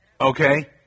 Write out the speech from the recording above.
Okay